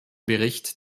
bericht